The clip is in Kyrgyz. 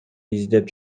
издеп